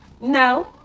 No